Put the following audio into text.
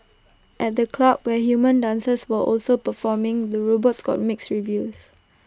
at the club where human dancers were also performing the robots got mixed reviews